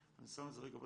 אני שם את זה בצד,